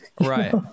right